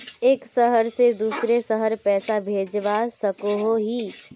एक शहर से दूसरा शहर पैसा भेजवा सकोहो ही?